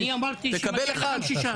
אני אמרתי שמגיע שישה.